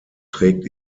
trägt